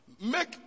Make